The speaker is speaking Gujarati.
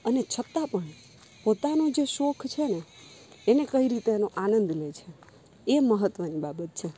અને છતાં પણ પોતાનું જે શોખ છેને એને કઈ રીતે એનો આનંદ લે છે એ મહત્ત્વની બાબત છે